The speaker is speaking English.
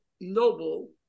noble